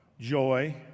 joy